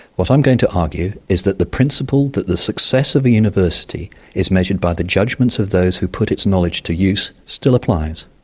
what i'm going to argue is that the principle that the success of a university is measured by the judgements of those who put its knowledge to use still applies,